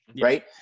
right